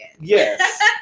Yes